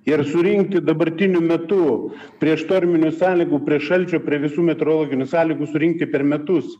ir surinkti dabartiniu metu prie štorminių sąlygų prie šalčio prie visų metrologinių sąlygų surinkti per metus